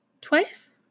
twice